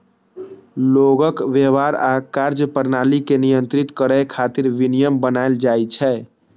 लोगक व्यवहार आ कार्यप्रणाली कें नियंत्रित करै खातिर विनियम बनाएल जाइ छै